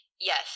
yes